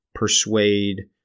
persuade